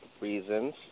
reasons